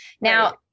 Now